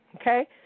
okay